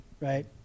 right